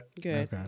good